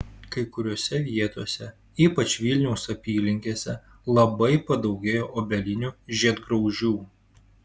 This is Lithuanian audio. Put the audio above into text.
kai kuriose vietose ypač vilniaus apylinkėse labai padaugėjo obelinių žiedgraužių